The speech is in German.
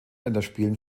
länderspielen